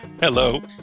Hello